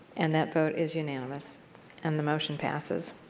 and that vote is unanimous and the motion passes.